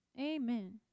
Amen